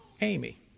Amy